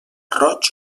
roig